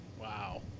Wow